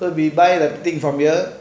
so we buy the thing from her